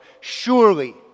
surely